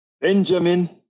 Benjamin